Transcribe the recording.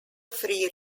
free